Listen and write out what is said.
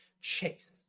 Chase